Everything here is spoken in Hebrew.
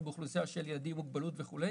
באוכלוסייה של ילדים עם מוגבלות וכו',